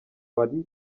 bari